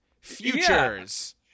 futures